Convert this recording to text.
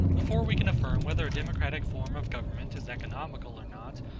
before we can affirm whether a democratic form of government is economical or not,